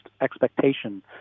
expectation